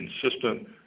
consistent